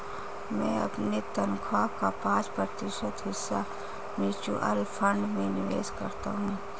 मैं अपनी तनख्वाह का पाँच प्रतिशत हिस्सा म्यूचुअल फंड में निवेश करता हूँ